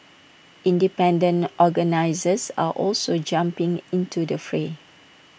independent organisers are also jumping into the fray